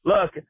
Look